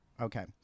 Okay